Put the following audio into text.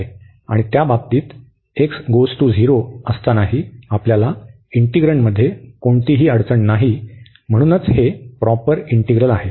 आणि त्या बाबतीत असतानाही आम्हाला इंटिग्रण्डमध्ये कोणतीही अडचण नाही म्हणूनच हे प्रॉपर इंटीग्रल आहे